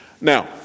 Now